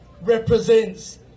represents